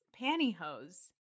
pantyhose